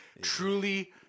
truly